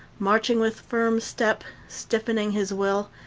marching with firm step, stiffening his will,